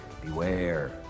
Beware